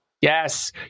Yes